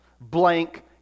Blank